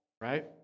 right